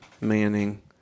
Manning